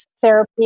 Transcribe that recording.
therapy